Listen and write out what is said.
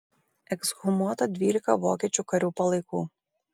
ekshumuota dvylika vokiečių karių palaikų